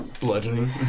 Bludgeoning